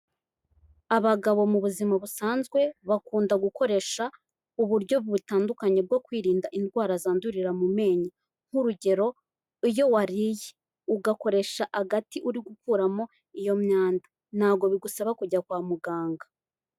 Abagabo mu buzima busanzwe bakunda gukoresha uburyo butandukanye bwo kwirinda indwara zandurira mu menyo, nk'urugero iyo wariye ugakoresha agati uri gukuramo iyo myanda ntago bigusaba kujya kwa muganga.